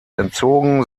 entzogen